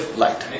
light